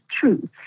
true